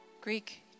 Greek